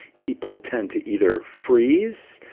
people tend to either freeze,